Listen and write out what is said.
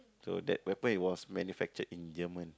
so that weapon it was manufactured in German